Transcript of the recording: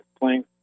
playing